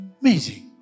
Amazing